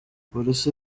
polisi